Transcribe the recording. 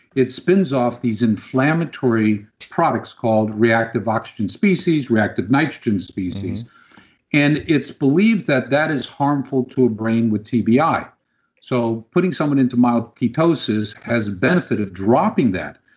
it spins off these inflammatory products called reactive oxygen species, reactive nitrogen species and it's believed that that is harmful to a brain with tbi. so putting someone into mild ketosis has benefit of dropping that.